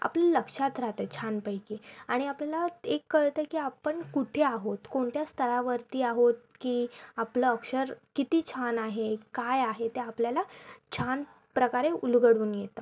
आपल्या लक्षात राहतं छानपैकी आणि आपल्याला एक कळतं की आपण कुठे आहोत कोणत्या स्तरावरती आहोत की आपलं अक्षर किती छान आहे काय आहे ते आपल्याला छान प्रकारे उलगडून येतं